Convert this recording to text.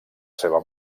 seva